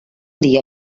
dia